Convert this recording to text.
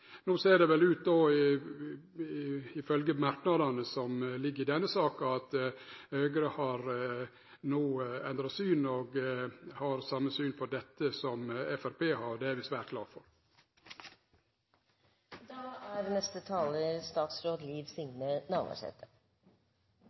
No ser det vel ut til, ifølgje merknadane som ligg i denne saka, at Høgre no har endra syn og har same syn på dette som Framstegspartiet har. Det er vi svært glade for. I mange område i landet er